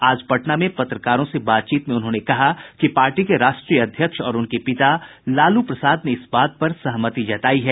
आज पटना में पत्रकारों से बातचीत में उन्होंने कहा कि पार्टी के राष्ट्रीय अध्यक्ष और उनके पिता लालू प्रसाद ने इस बात पर सहमति जतायी है